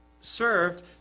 served